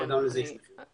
אבל גם לזה יש מחיר.